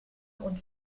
und